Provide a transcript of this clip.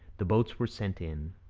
the boats were sent in,